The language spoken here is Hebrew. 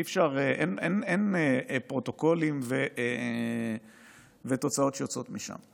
אין פרוטוקולים ותוצאות שיוצאות משם.